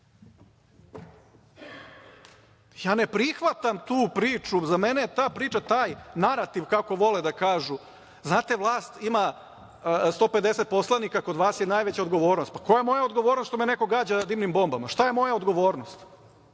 Ne prihvatam tu priču, za mene je ta priča, taj narativ, kako vole da kažu, znate vlast ima 150 poslanika, kod vas je najveća odgovornost. Pa, koja je moja odgovornost što me neko gađa dimnim bombama. Šta je moja odgovornost?